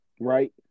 right